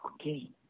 Okay